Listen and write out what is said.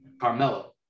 Carmelo